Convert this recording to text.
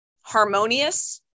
harmonious